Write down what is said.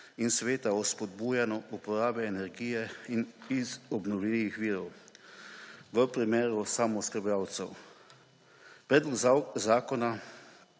in Sveta o spodbujanju uporabe energije iz obnovljivih virov v primeru samooskrbovalcev. Predlog zakona